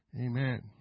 Amen